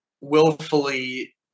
willfully